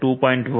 1 networkX 2